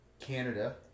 Canada